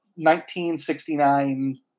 1969